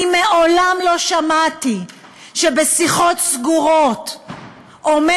אני מעולם לא שמעתי שבשיחות סגורות אומר